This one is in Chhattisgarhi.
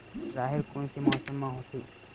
राहेर कोन से मौसम म होथे?